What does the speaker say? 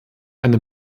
eine